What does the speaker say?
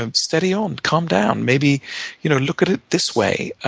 um steady on, calm down. maybe you know look at it this way.